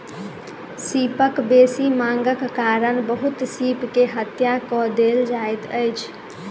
सीपक बेसी मांगक कारण बहुत सीप के हत्या कय देल जाइत अछि